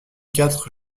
quatre